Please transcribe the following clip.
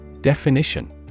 Definition